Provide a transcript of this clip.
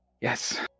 Yes